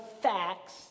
Facts